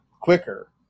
quicker